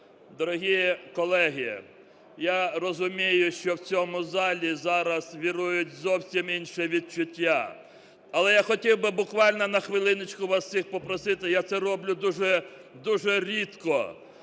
Дорогі колеги, я розумію, що в цьому залі зараз вирують зовсім інші відчуття. Але я хотів би буквально на хвилиночку вас усіх попросити – я це роблю дуже рідко,